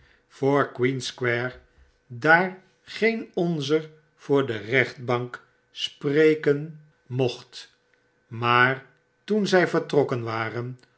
voor queen square daar geen onzer voor de rechtbank spreken mocht maar toen zy vertrokken waren